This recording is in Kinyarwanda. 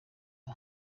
aha